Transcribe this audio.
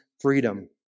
freedom